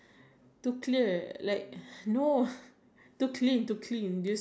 I think that one I think is because is because is if you use tissue ply